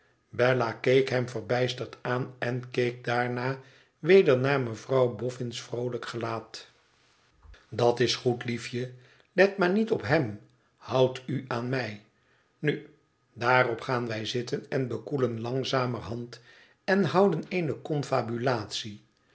bella keek hem verbijsterd aan en keek daarna weder naar mevrouw boffin's vroolijk gelaat dat is goed hef je let maar niet op hem houd u aan mij nu daarop gaan wij zitten en bekoelen langzamerhand en houden eene